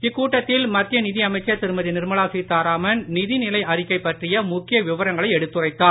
இக்கூட்டத்தில்மத்தியநிதிஅமைச்சர்திருமதிநிர்மலாசீதாராமன் நிதிநிலைஅறிக்கைபற்றியமுக்கியவிவரங்களைஎடுத்துரைத்தார்